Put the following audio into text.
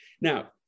Now